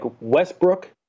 Westbrook